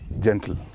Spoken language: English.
Gentle